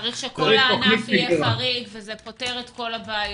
צריך שכל הענף יהיה חריג ואז זה פותר את כל הבעיות.